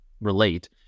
relate